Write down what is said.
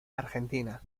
argentina